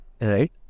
Right